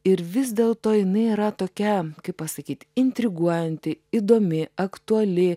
ir vis dėlto jinai yra tokia kaip pasakyt intriguojanti įdomi aktuali